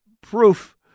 proof